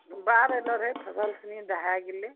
बाढ़ एलो रहै फसल सुनी दहाए गेलै